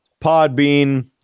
Podbean